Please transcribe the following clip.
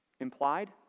implied